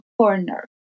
corner